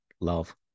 love